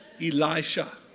Elisha